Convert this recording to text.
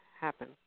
happen